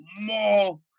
more